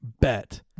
bet